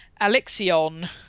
alexion